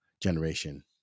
generation